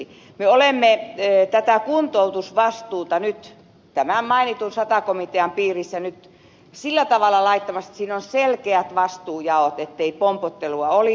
me olemme kuntoutusvastuuta nyt tämän mainitun sata komitean piirissä nyt sillä tavalla laittamassa että siinä on selkeät vastuujaot ettei pompottelua olisi